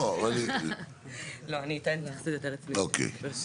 לא, אני אתן התייחסות יותר רצינית ברשותך.